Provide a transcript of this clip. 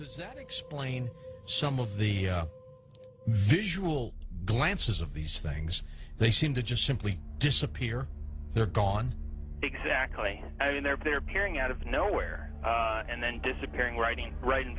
does that explain some of the visual glances of these things they seem to just simply disappear they're gone exactly i mean they're there peering out of nowhere and then disappearing writing right in